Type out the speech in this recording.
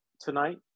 tonight